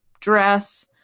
dress